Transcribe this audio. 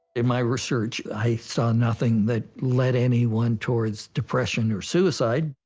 in my research, i saw nothing that led anyone towards depression or suicide.